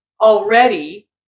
already